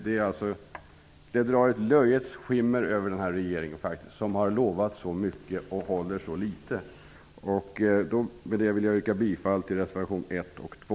Det drar faktiskt ett löjets skimmer över den nuvarande regeringen att den har lovat så mycket och håller så litet. Med detta yrkar jag bifall till reservation 1 och 2.